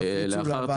כן, תפיצו לוועדה.